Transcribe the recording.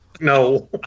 No